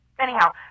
Anyhow